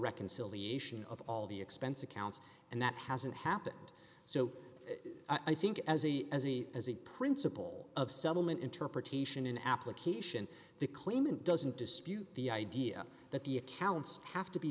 reconciliation of all the expense accounts and that hasn't happened so i think as a as a as a principle of settlement interpretation in application the claimant doesn't dispute the idea that the accounts have to be